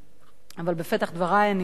אבל בפתח דברי אני אבקש